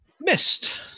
Missed